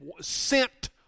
sent